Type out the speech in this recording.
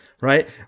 right